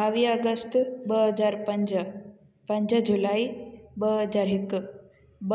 ॿावीह अगस्त ॿ हज़ार पंज पंज जुलाई ॿ हज़ार हिकु